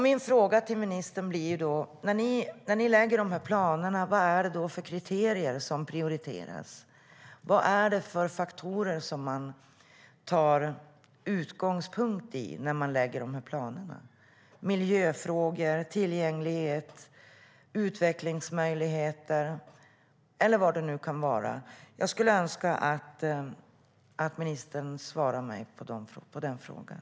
Min fråga till ministern blir: Vad är det för kriterier som prioriteras och för faktorer som ni tar utgångspunkt i när ni lägger fast planerna? Är det miljöfrågor, tillgänglighet, utvecklingsmöjligheter eller vad det nu kan vara? Jag skulle önska att ministern svarade mig på den frågan.